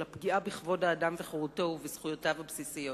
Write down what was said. אלא פגיעה בכבוד האדם וחירותו ובזכויותיו הבסיסיות.